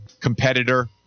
competitor